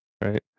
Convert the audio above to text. right